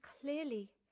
clearly